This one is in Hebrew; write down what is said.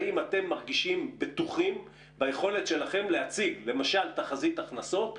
האם אתם בטוחים ביכולת שלכם להציג תחזית הכנסות